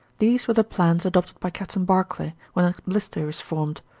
these were the plans adopted by captain barclay. when a blister is formed,